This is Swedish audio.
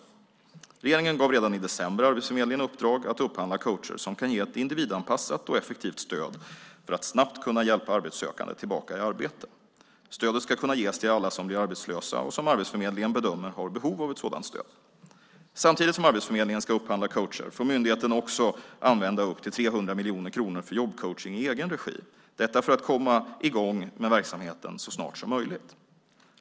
Regeringen gav redan i december Arbetsförmedlingen i uppdrag att upphandla coacher som kan ge ett individanpassat och effektivt stöd för att snabbt kunna hjälpa arbetssökande tillbaka i arbete. Stödet ska kunna ges till alla som blir arbetslösa och som Arbetsförmedlingen bedömer har behov av ett sådant stöd. Samtidigt som Arbetsförmedlingen ska upphandla coacher får myndigheten också använda upp till 300 miljoner kronor för jobbcoachning i egen regi, detta för att komma i gång med verksamheten så snart som möjligt.